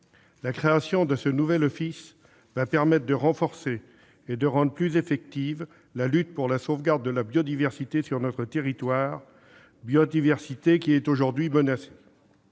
La création de ce nouvel office permettra de renforcer et de rendre plus effective la lutte pour la sauvegarde, sur notre territoire, de la biodiversité, qui est aujourd'hui menacée.